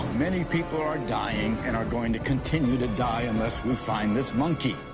many people are dying and are going to continue to die unless we find this monkey.